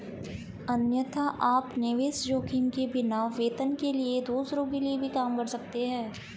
अन्यथा, आप निवेश जोखिम के बिना, वेतन के लिए दूसरों के लिए भी काम कर सकते हैं